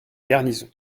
garnison